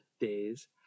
days